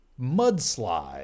Mudslide